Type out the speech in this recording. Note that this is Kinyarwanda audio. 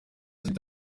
teta